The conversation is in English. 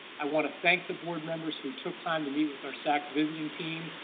i want to thank the board members who took time to meet with our sacs visiting team.